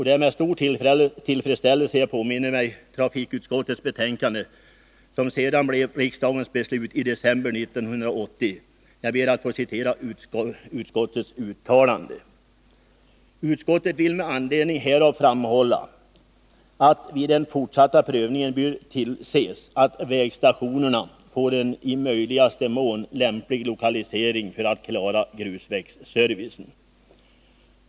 Det är med stor tillfredsställelse jag påminner mig trafikutskottets betänkande som sedan blev riksdagens beslut i december 1980. Jag ber att få citera utskottets uttalande: ”Utskottet vill med anledning härav framhålla att vid den fortsatta prövningen bör tillses att vägstationerna får en i möjligaste mån lämplig lokalisering för att klara grusvägsservicen.